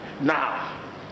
Now